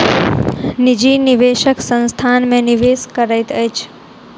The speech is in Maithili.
निजी निवेशक संस्थान में निवेश करैत अछि